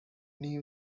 new